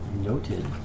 Noted